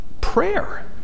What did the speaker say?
prayer